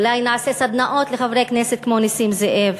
אולי נעשה סדנאות לחברי כנסת כמו נסים זאב.